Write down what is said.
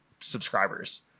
subscribers